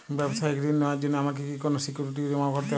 ব্যাবসায়িক ঋণ নেওয়ার জন্য আমাকে কি কোনো সিকিউরিটি জমা করতে হবে?